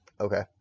Okay